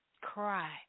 Cry